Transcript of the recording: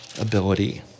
ability